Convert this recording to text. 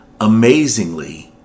Amazingly